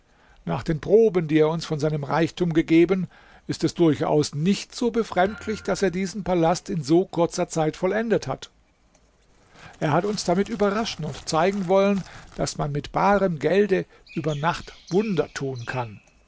nach den proben die er uns von seinem reichtum gegeben ist es durchaus nicht so befremdlich daß er diesen palast in so kurzer zeit vollendet hat er hat uns damit überraschen und zeigen wollen daß man mit barem gelde über nacht wunder tun kann